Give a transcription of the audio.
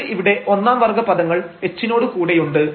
നമുക്ക് ഇവിടെ ഒന്നാം വർഗ്ഗ പദങ്ങൾ h നോട് കൂടെയുണ്ട്